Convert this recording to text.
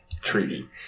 treaty